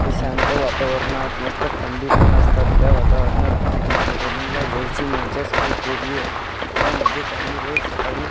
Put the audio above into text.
ते शांत वातावरणात मस्त थंडी पण असतात त्या वातावरणात व रनिंगला जायची मजाच खूप वेगळी आहे त्या मजेत आम्ही रोज सकाळी